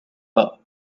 pas